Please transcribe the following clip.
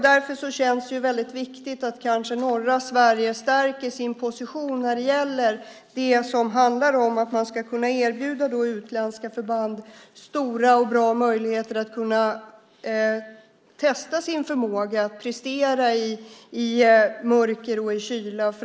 Därför känns det väldigt viktigt att norra Sverige stärker sin position när det gäller att erbjuda utländska förband stora och bra möjligheter att testa sin förmåga att prestera i mörker och i kyla.